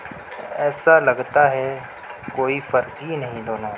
ایسا لگتا ہے کوئی فرق ہی نہیں دونوں